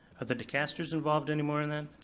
are the decasters involved anymore in that?